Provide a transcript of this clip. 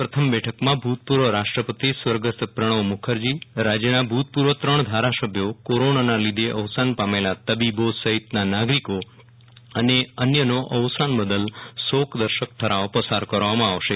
પ્રથમ બૈઠકમાં ભૂ તપૂ ર્વ રાષ્ટ્રપતિ સ્વર્ગસ્થ પ્રાવ મુખરજી રાજ્યના ભૂ તપૂ ર્વ ત્રણ ધારાસભ્યો કોરોનાના લીધે અવસાન પામેલા તબીબો સહિતના નાગરિકો અને અન્યનો અવસાન બદલ શોક દર્શક ઠરાવ પસાર કરવામાં આવશે